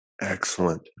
Excellent